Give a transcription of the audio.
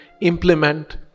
implement